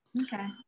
Okay